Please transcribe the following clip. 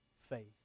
faith